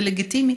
זה לגיטימי,